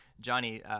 Johnny